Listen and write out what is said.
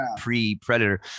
pre-predator